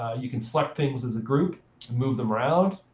ah you can select things as a group, and move them around.